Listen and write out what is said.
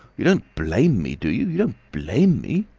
you don't blame me, do you? you don't blame me?